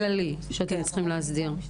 כללי, שאתם צריכים להסדיר.